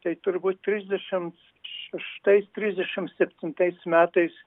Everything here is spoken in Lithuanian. tai turbūt trisdešim šeštais trisdešim septintais metais